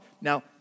Now